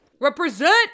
Represent